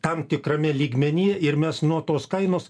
tam tikrame lygmeny ir mes nuo tos kainos